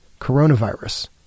coronavirus